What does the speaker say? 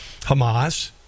Hamas